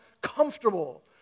comfortable